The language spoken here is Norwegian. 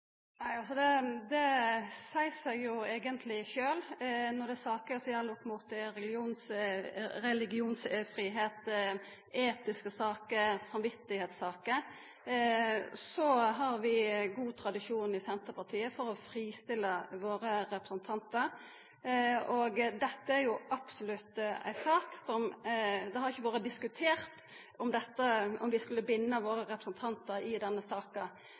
seier seg eigentleg sjølv. Når det er saker som gjeld religionsfridom, etiske saker og samvitssaker, har vi god tradisjon i Senterpartiet for å fristilla våre representantar. Det har ikkje vore diskutert om vi skulle binda våre representantar i denne saka.